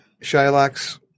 Shylock's